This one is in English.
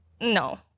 No